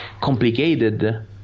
complicated